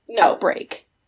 outbreak